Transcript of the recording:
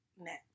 next